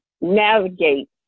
navigate